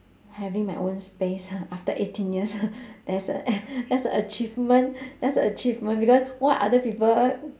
having my own space after eighteen years that's a that's a achievement that's a achievement because what other people